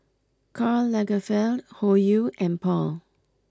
Karl Lagerfeld Hoyu and Paul